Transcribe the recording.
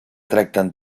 tracten